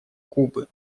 кубы